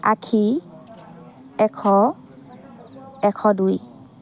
আশী এশ এশ দুই